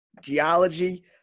geology